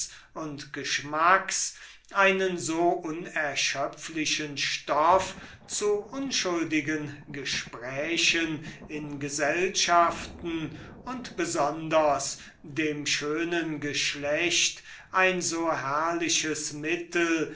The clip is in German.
und geschmacks einen so unerschöpflichen stoff zu unschuldigen gesprächen in gesellschaften und besonders dem schönen geschlecht ein so herrliches mittel